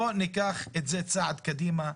בוא ניקח את זה צעד קדימה.